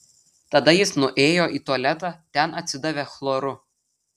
tada jis nuėjo į tualetą ten atsidavė chloru